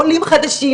עולים חדשים,